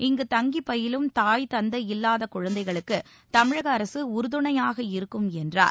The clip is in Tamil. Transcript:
இங்கு தங்கி பயிலும் தாய் தந்தை இல்லாத குழந்தைகளுக்கு தமிழக அரசு உறுதுணையாக இருக்கும் என்றார்